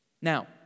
Now